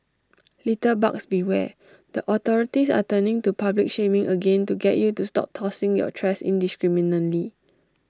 litterbugs beware the authorities are turning to public shaming again to get you to stop tossing your trash indiscriminately